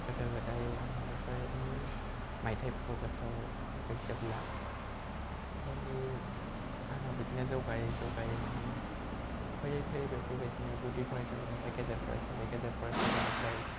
आर गोदो गोदाय आं बेफोरनि मायथाइफोरखौ गोसोआव गैजोबला बेफोरबायदि आनाव जौगायै जौगायै फैयै फैयै बेफोर बायदिनो गुदि फरायसालिनिफ्राय गेजेर फरायसालि गेजेर फरायसालि निफ्राय